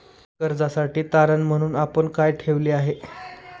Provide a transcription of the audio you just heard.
कर्जासाठी तारण म्हणून आपण काय ठेवले आहे?